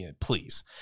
please